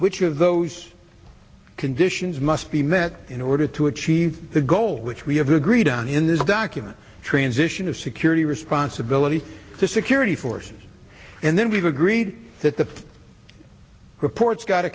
which of those conditions must be met in order to achieve the goals which we have agreed on in this document transition of security responsibility to security forces and then we've agreed that the reports gotta